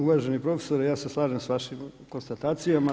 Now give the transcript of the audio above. Uvaženi profesore, ja se slažem s vašim konstatacijama.